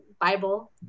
Bible